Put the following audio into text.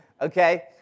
Okay